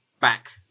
back